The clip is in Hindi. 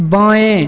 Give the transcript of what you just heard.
बाएं